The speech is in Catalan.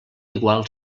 igual